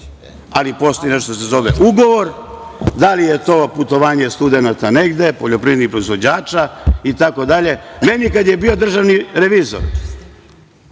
ali postoji nešto što se zove ugovor, da li je to putovanje studenata negde, poljoprivrednih proizvođača, itd. Kada je meni bio državni revizor,